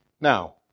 Now